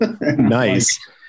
nice